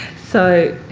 so